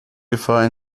gefahr